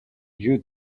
you